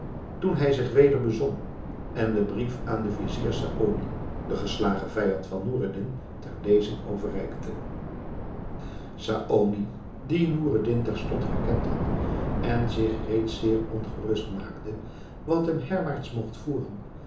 toen hij zich weder bezon en den brief aan den vizier saony den geslagen vijand van noureddin ter lezing overreikte saony die noureddin terstond herkend had en zich reeds zeer ongerust maakte wat hem herwaarts mogt voeren